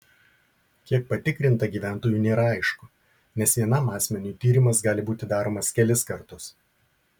kiek patikrinta gyventojų nėra aišku nes vienam asmeniui tyrimas gali būti daromas kelis kartus